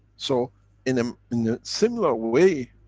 so in um in a similar way,